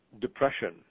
depression